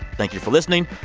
thank you for listening.